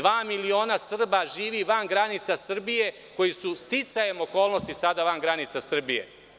Dva miliona Srba živi van granica Srbije, koji su sticajem okolnosti sada van granica Srbije.